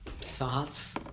Thoughts